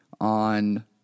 on